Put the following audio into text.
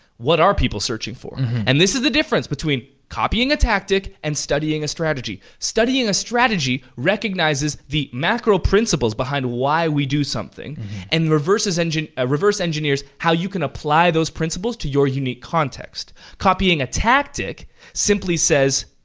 what are people searching for? and this is the difference between copying a tactic and studying a strategy. studying a strategy recognizes the macro-principles behind why we do something and reverses, and yeah and reverse engineers how you can apply those principles to your unique context. copying a tactic simply says,